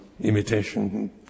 imitation